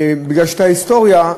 כי ההיסטוריה,